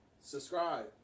Subscribe